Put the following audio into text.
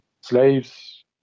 slaves